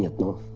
go